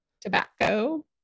tobacco